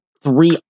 three